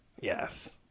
Yes